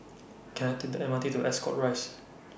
Can I Take The M R T to Ascot Rise